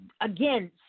again